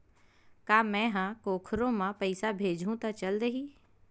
का मै ह कोखरो म पईसा भेजहु त चल देही?